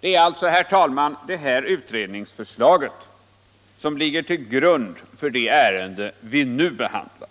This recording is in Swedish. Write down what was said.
Det är alltså, herr talman, detta utredningsförslag som ligger till grund för det ärende som vi nu behandlar.